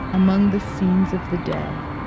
among the scenes of the day.